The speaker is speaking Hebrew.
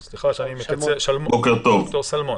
סלמון,